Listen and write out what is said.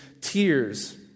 tears